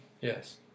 Yes